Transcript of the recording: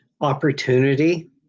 opportunity